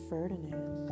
Ferdinand